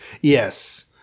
Yes